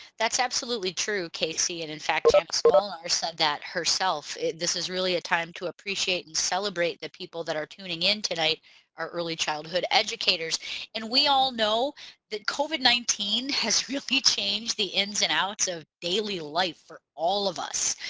that's absolutely true casey and in fact ah so janice molnar said that herself. this is really a time to appreciate and celebrate the people that are tuning in tonight our early childhood educators and we all know that covid nineteen has really changed the ins and outs of daily life for all of us.